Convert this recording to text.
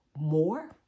more